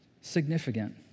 significant